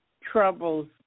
troubles